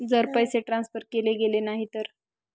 जर पैसे ट्रान्सफर केले गेले नाही तर?